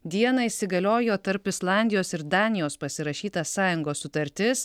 dieną įsigaliojo tarp islandijos ir danijos pasirašyta sąjungos sutartis